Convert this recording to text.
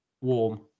warm